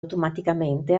automaticamente